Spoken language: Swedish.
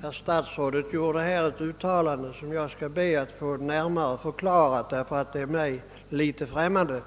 Herr talman! Jordbruksministern gjorde ett uttalande som jag skall be att få närmare förklarat, därför att det förefaller mig litet egendomligt.